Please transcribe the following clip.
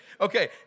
Okay